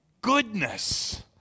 Goodness